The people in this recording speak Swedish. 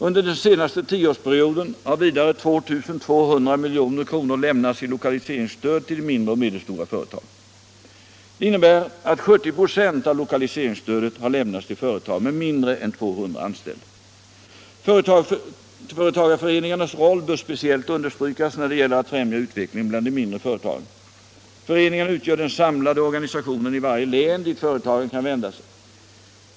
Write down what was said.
Under den senare tioårsperioden har vidare 2 200 milj.kr. lämnats i lokaliseringsstöd till de mindre och medelstora företagen. Det innebär att 70 96 av lokaliseringsstödet har lämnats till företag med mindre än 200 anställda. Företagareföreningarnas roll bör speciellt understrykas när det gäller att främja utvecklingen bland de mindre företagen. Föreningarna utgör den samlade organisationen i varje län dit företagen kan vända sig.